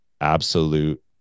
Absolute